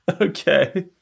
Okay